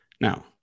Now